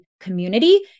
community